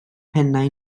pennau